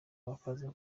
bakaza